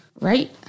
Right